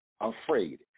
afraid